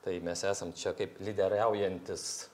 tai mes esam čia kaip lyderiaujantis